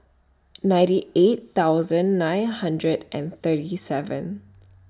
ninety eight thousand nine hundred and thirty seven